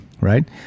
right